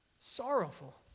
Sorrowful